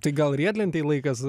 tai gal riedlentei laikas